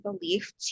belief